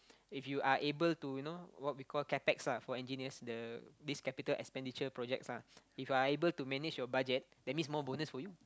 if you are able to you know what we call capex lah for engineers the this capital expenditure projects lah if you are able to manage your budget that means more bonus for you